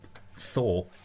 Thor